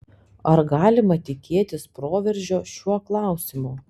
ar galima tikėtis proveržio šiuo klausimu